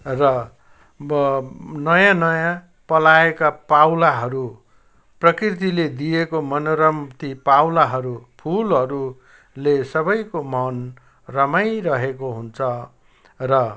र अब नयाँ नयाँ पलाएका पाउलाहरू प्रकृतिले दिएको मनोरम ती पाउलाहरू फुलहरूले सबैको मन रमाइरहेको हुन्छ र